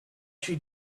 she